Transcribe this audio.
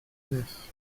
nef